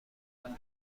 توسعه